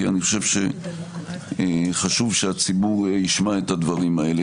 כי אני חושב שחשוב שהציבור ישמע את הדברים האלה,